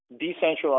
decentralized